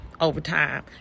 overtime